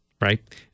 right